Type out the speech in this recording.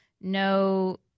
no